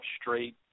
straight